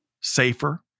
safer